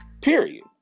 period